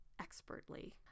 expertly